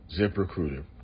ZipRecruiter